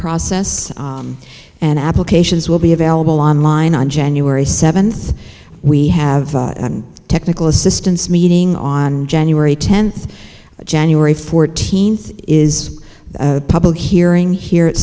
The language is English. process and applications will be available online on january seventh we have technical assistance meeting on january tenth january fourteenth is the public hearing here at